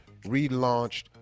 relaunched